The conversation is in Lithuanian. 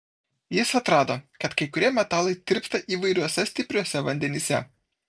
jis atrado kad kai kurie metalai tirpsta įvairiuose stipriuose vandenyse